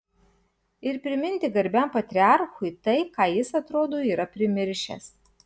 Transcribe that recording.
ir priminti garbiam patriarchui tai ką jis atrodo yra primiršęs